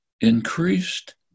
Increased